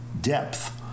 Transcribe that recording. depth